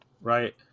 Right